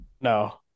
No